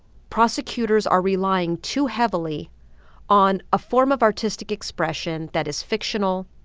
prosecutors are relying too heavily on a form of artistic expression that is fictional,